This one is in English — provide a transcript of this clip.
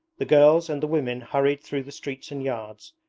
the girls and the women hurried through the streets and yards,